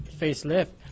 facelift